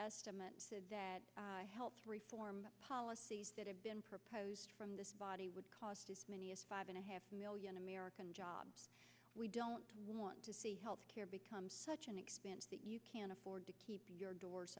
estimates said that health reform policies that have been proposed from this body would cost as many as five and a half million american jobs we don't want to see health care become such an expense that you can't afford to keep your doors